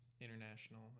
international